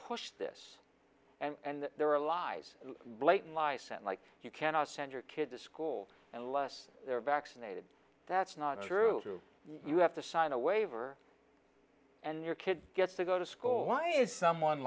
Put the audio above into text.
pushed this and there are lies blatant lie sent like you cannot send your kid to school and less they are vaccinated that's not true you have to sign a waiver and your kid gets to go to school why is someone